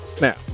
Now